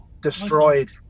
destroyed